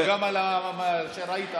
כמו שראית,